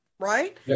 Right